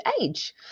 age